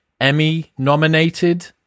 Emmy-nominated